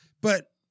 But-